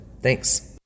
Thanks